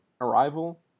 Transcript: Arrival